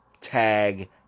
Tag